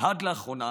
עד לאחרונה